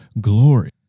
glory